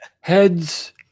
heads